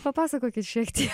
papasakokit šiek tiek